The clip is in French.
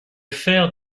faire